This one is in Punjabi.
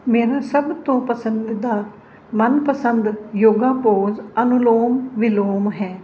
ਮੇਰੀ ਸਭ ਤੋਂ ਪਸੰਦ ਦਾ ਮਨ ਪਸੰਦ ਯੋਗਾ ਪੋਜ ਅਨੁਲੋਮ ਵਿਲੋਮ ਹੈ